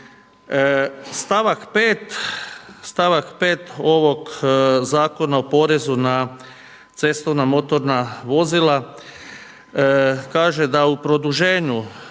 Stavak 5 ovog Zakona o porezu na cestovna motorna vozila kaže da u produženju